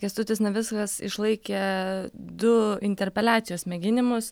kęstutis navickas išlaikė du interpeliacijos mėginimus